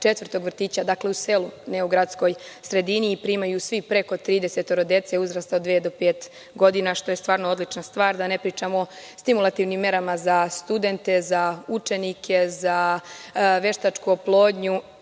četvrtog vrtića u selu, ne u gradskoj sredini. Primaju svi preko 30 dece, uzrasta od dve do pet godina, što je stvarno odlična stvar. Da ne pričamo o stimulativnim merama za studente, za učenike, za veštačku oplodnju